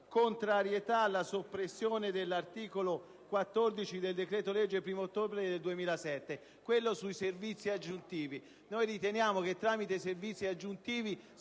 contrarietà alla soppressione dell'articolo 14 del decreto-legge 1° ottobre 2007, n. 159, sui servizi aggiuntivi. Riteniamo infatti che tramite i servizi aggiuntivi